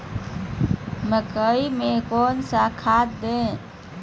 मकई में कौन सा खाद दे?